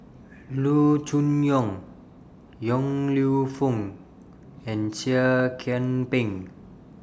Loo Choon Yong Yong Lew Foong and Seah Kian Peng